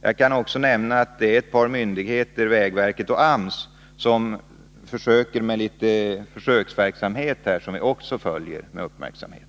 Jag kan också nämna att ett par myndigheter, vägverket och AMS, bedriver en försöksverksamhet som vi följer med uppmärksamhet.